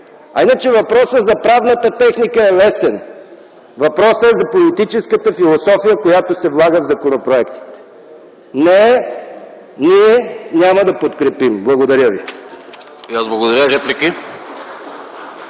А иначе въпросът за правната техника е лесен, въпросът е за политическата философия, която се влага в законопроекта. Не, ние няма да подкрепим. Благодаря ви.